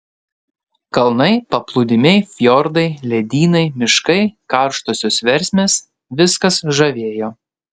kalnai paplūdimiai fjordai ledynai miškai karštosios versmės viskas žavėjo